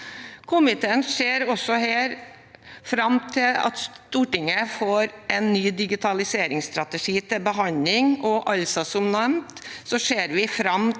Komiteen ser også her fram til at Stortinget får en ny digitaliseringsstrategi til behandling. Som nevnt ser vi også fram til